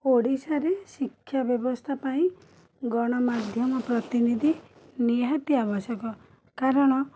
ଓଡ଼ିଶାରେ ଶିକ୍ଷା ବ୍ୟବସ୍ଥାପାଇଁ ଗଣମାଧ୍ୟମ ପ୍ରତିନିଧି ନିହାତି ଆବଶ୍ୟକ କାରଣ